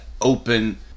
open